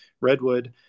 redwood